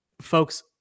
Folks